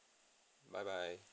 bye bye